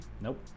nope